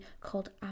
called